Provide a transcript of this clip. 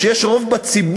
כשיש רוב בציבור,